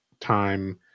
time